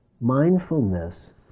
Mindfulness